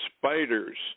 spiders